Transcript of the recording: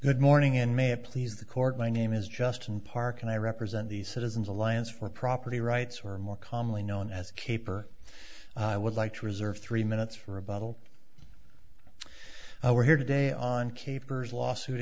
good morning in may it please the court my name is justin park and i represent the citizens alliance for property rights or more commonly known as caper i would like to reserve three minutes for a bottle we're here today on capers lawsuit